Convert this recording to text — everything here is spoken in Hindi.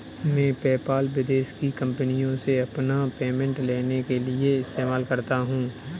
मैं पेपाल विदेश की कंपनीयों से अपना पेमेंट लेने के लिए इस्तेमाल करता हूँ